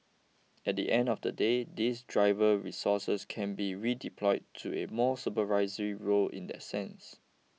at the end of the day these driver resources can be redeployed to a more supervisory role in the sense